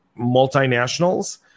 multinationals